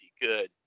good